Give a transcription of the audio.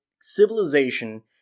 civilization